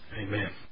Amen